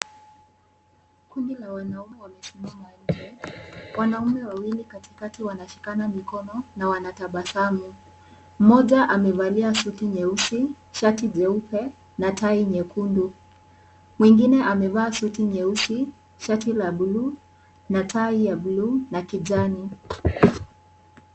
Kundi la wanaume wamesimama nje. Wanaume wawili katikati wanashikana mikono na wanatabasamu. Mmoja amevalia suti nyeusi, shati jeupe, na tai nyekundu. Mwingine amevaa suti nyeusi, shati la buluu, na tai ya buluu na kijani.